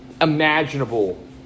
imaginable